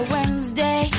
Wednesday